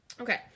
Okay